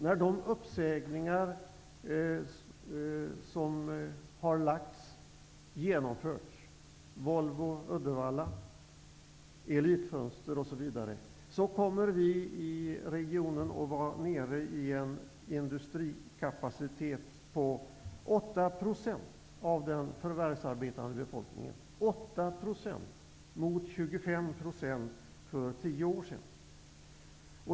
När de uppsägningar som har aviserats genomförts -- Volvo i Uddevalla, Elitfönster, osv. -- kommer vi i regionen att vara nere i en industrikapacitet på 8 % av den förvärvsarbetande befolkningen mot 25 % för tio år sedan.